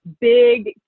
big